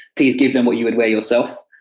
please give them what you would wear yourself.